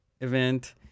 event